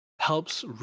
helps